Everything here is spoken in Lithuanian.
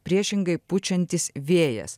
priešingai pučiantis vėjas